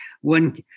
One